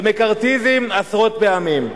ו"מקארתיזם" עשרות פעמים.